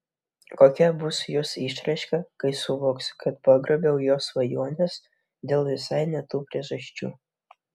kokia bus jos išraiška kai suvoks kad pagrobiau jos svajones dėl visai ne tų priežasčių